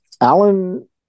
Alan